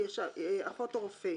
אחות או רופא,